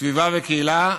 סביבה וקהילה.